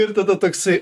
ir tada toksai